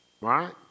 Right